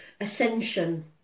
ascension